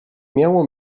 miało